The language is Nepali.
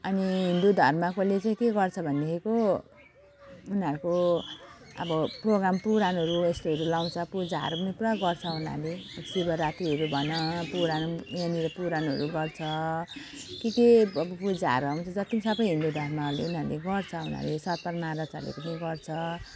अनि हिन्दू धर्मकोले चाहिँ के गर्छ भनेको उनीहरूको अब प्रोग्राम पुराणहरू यस्तोहरू लगाउँछ पूजाहरू पनि पुरा गर्छ उनीहरूले शिवरात्रीहरू भन पुराण यहाँनिर पुराणहरू गर्छ के के अब पूजाहरू हुन्छ जति पनि सबै हिन्दू धर्महरूले उनीहरूले गर्छ उनीहरू यो सतपाल महाराजहरूले पनि गर्छ